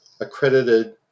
accredited